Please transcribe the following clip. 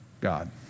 God